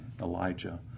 Elijah